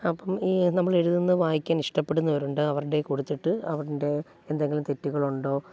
അപ്പം ഈ നമ്മളെഴുതുന്നത് വായിക്കാൻ ഇഷ്ടപ്പെടുന്നവരുണ്ട് അവരുടേ കൊടുത്തിട്ട് അവരോട് എന്തെങ്കിലും തെറ്റുകളുണ്ടോ